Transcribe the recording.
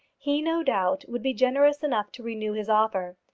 he, no doubt, would be generous enough to renew his offer.